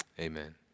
Amen